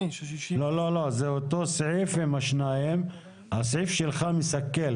בשתי מילים - חוק חריש.